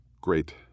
great